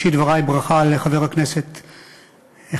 בראשית דברי ברכה לחבר הכנסת החדש,